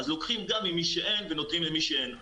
אז לוקחים גם ממי שאין ונתונים למי שאין.